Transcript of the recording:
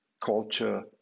culture